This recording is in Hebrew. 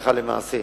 הלכה למעשה.